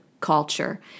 culture